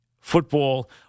football